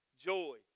joy